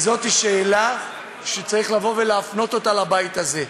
וזאת שאלה שצריך להפנות אותה לבית הזה.